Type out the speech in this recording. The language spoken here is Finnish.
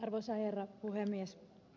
arvoisa herra puhemies